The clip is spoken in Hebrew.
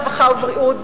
הרווחה והבריאות,